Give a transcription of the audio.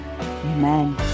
Amen